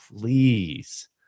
please